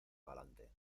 galante